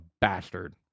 bastard